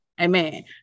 Amen